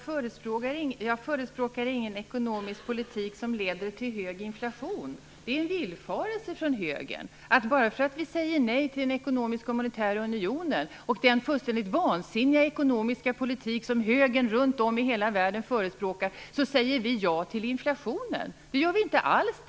Herr talman! Jag förespråkar ingen ekonomisk politik som leder till hög inflation. Det är en villfarelse från högern att bara för att vi i Vänsterpartiet säger nej till den ekonomiska och monetära unionen och den fullständigt vansinniga ekonomiska politik som högern runt om i hela världen förespråkar säger vi ja till inflationen. Det gör vi inte alls!